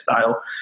style